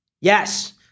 Yes